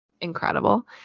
Incredible